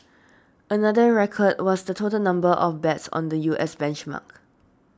another record was the total number of bets on the U S benchmark